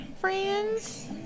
friends